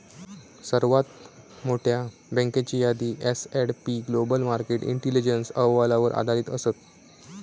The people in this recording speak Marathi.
सर्वात मोठयो बँकेची यादी S and P global market intelligence अहवालावर आधारित असत